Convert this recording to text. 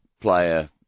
player